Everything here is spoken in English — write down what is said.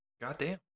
Goddamn